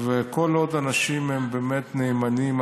וכל עוד אנשים הם באמת נאמנים,